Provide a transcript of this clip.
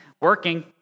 working